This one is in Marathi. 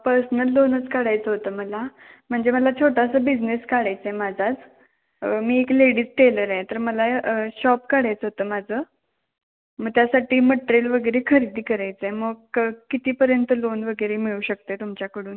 पर्सनल लोनच काढायचं होतं मला म्हणजे मला छोटासा बिजनेस काढायचा आहे माझाच मी एक लेडीज टेलर आहे तर मला ए शॉप काढायचं होतं माझं मग त्यासाठी मट्रेल वगैरे खरेदी करायचं आहे मग क कितीपर्यंत लोन वगैरे मिळू शकतं आहे तुमच्याकडून